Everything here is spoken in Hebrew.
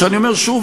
אני אומר שוב,